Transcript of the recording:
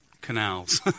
canals